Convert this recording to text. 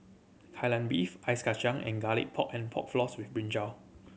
Kai Lan Beef ice kacang and Garlic Pork and Pork Floss with brinjal